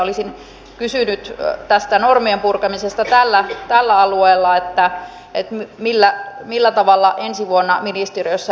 olisin kysynyt tästä normien purkamisesta tällä alueella että millä tavalla ensi vuonna ministeriössä edetään